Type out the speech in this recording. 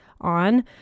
on